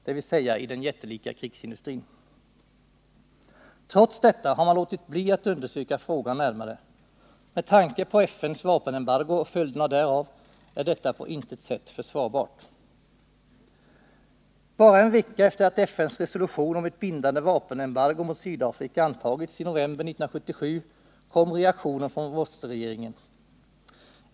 Det vill säga i den jättelika krigsindustrin. Trots detta har man låtit bli att undersöka frågan närmare. Med tanke på FN:s vapenembargo, och följderna därav, är detta på intet sätt försvarbart: Bara en vecka efter det att FN:s resolution om ett bindande vapenembargo mot Sydafrika antagits i november 1977 kom reaktionen från Vorsterregimen.